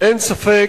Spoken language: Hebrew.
אין ספק,